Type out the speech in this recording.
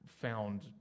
found